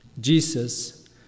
Jesus